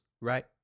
right